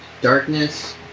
Darkness